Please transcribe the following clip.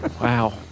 wow